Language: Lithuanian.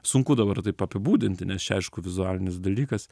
sunku dabar taip apibūdinti nes čia aišku vizualinis dalykas